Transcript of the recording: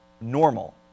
normal